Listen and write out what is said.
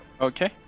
Okay